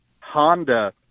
Honda